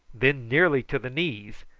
then nearly to the knees,